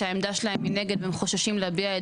שהעמדה שלהם היא נגד והם חוששים להביע את